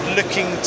looking